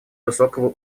высокого